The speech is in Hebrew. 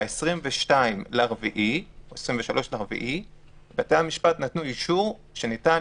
ב-22.4 בתי-המשפט נתנו אישור שניתן